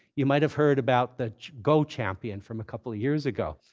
you might have heard about the go champion from a couple of years ago.